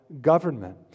government